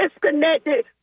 disconnected